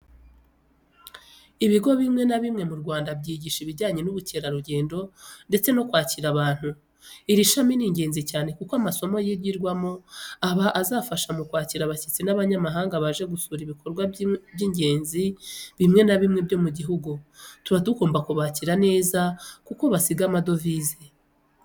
Ibigo bimwe na bimwe mu Rwanda byigisha ibijyanye n'ubukerarugendo ndetse no kwakira abantu. Iri shami ni ingenzi cyane kuko amasomo yigirwamo aba azafasha mu kwakira abashyitsi b'abanyamahanga baje gusura ibikorwa bwimwe na bimwe byo mu gihugu. Tuba tugomba kubakira neza kuko basiga amadovize.